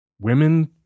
Women